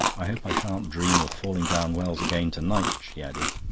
i hope i shan't dream of falling down wells again to-night, she added.